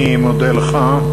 אני מודה לך.